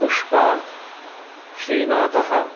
पुष्पा श्रीनाथः